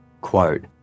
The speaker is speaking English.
Quote